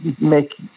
make